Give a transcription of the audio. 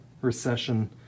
recession